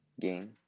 game